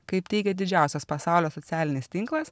kaip teigia didžiausias pasaulio socialinis tinklas